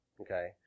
okay